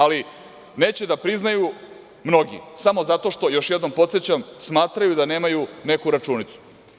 Ali, neće da priznaju mnogi samo zato što, još jednom podsećam, smatraju da nemaju neku računicu.